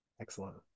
excellent